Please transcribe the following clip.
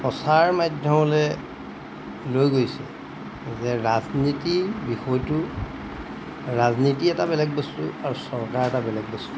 সঁচাৰ মাধ্যমলৈ লৈ গৈছে যে ৰাজনীতিৰ বিষয়টো ৰাজনীতি এটা বেলেগ বস্তু আৰু চৰকাৰ এটা বেলেগ বস্তু